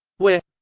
where